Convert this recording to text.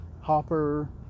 hopper